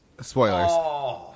Spoilers